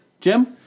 Jim